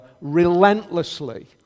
relentlessly